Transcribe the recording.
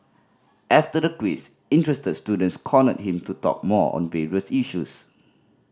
after the quiz interested students cornered him to talk more on various issues